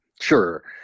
Sure